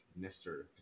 Mr